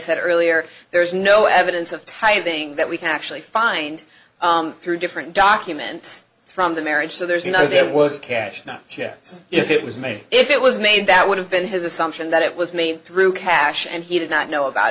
said earlier there's no evidence of tithing that we can actually find through different documents from the marriage so there's you know there was cash now if it was made if it was made that would have been his assumption that it was me through cash and he did not know about